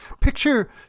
Picture